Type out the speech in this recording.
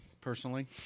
personally